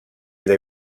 they